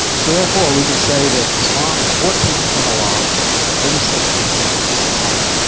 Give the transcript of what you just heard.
so therefore we can say that islam is fourteen percent allah and eighty six percent mohammed.